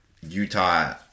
Utah